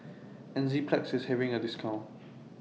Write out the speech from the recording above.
Enzyplex IS having A discount